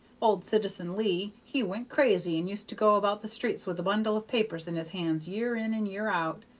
old citizen leigh he went crazy, and used to go about the streets with a bundle of papers in his hands year in and year out.